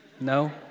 no